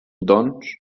doncs